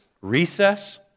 recess